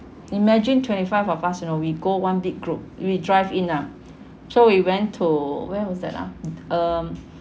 imagine twenty five of us you know we go one big group we driving ah so we went to where was that ah um